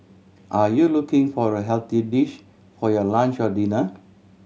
are you looking for a healthy dish for your lunch or dinner